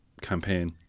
campaign